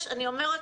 את אומרת